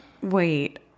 Wait